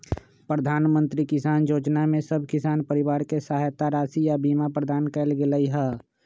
प्रधानमंत्री किसान जोजना में सभ किसान परिवार के सहायता राशि आऽ बीमा प्रदान कएल गेलई ह